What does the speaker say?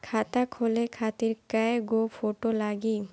खाता खोले खातिर कय गो फोटो लागी?